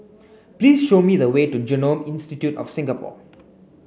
please show me the way to Genome Institute of Singapore